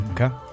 okay